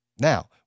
Now